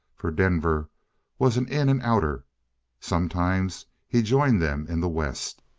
for denver was an in-and-outer. sometimes he joined them in the west